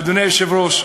אדוני היושב-ראש,